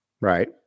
Right